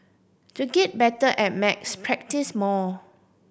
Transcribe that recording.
to get better at maths practise more